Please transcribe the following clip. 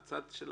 מהצד של הממשלה,